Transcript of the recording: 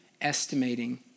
estimating